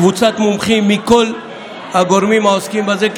קבוצת מומחים מכל הגורמים העוסקים בזה,